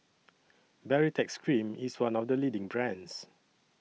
Baritex Cream IS one of The leading brands